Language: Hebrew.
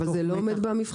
אבל זה לא עומד במבחנים,